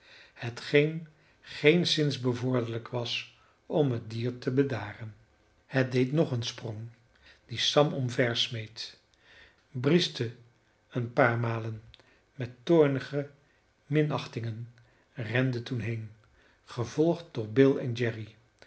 hetgeen geenszins bevorderlijk was om het dier te bedaren het deed nog een sprong die sam omver smeet brieschte een paar malen met toornige minachting en rende toen heen gevolgd door bill en jerry